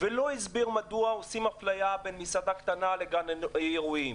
ולא הסביר מדוע יש אפליה בין מסעדה קטנה לבין גן אירועים.